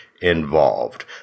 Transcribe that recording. involved